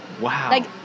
Wow